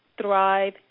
thrive